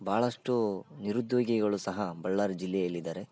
ಬಹಳಷ್ಟೂ ನಿರುದ್ಯೋಗಿಗಳು ಸಹ ಬಳ್ಳಾರಿ ಜಿಲ್ಲೆಯಲ್ಲಿ ಇದಾರೆ